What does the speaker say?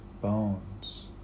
bones